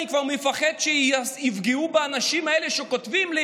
אני פוחד שיפגעו באנשים האלה שכותבים לי